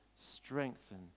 strengthen